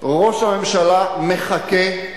ראש הממשלה מחכה,